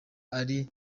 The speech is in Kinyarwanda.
ari